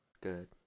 good